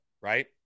right